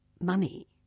money